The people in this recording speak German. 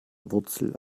wurzel